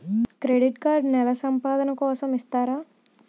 Credit card నెల సంపాదన కోసం ఇస్తారా?